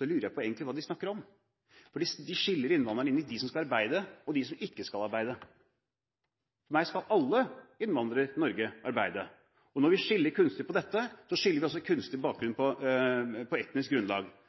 lurer jeg på hva de egentlig snakker om, for de deler innvandrerne inn i dem som skal arbeide, og dem som ikke skal arbeide. For meg er det slik at alle innvandrere til Norge skal arbeide. Når en skiller kunstig på dette, skiller en også kunstig på etnisk grunnlag.